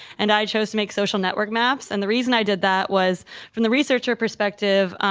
and i chose to make social network maps. and the reason i did that was from the researcher perspective,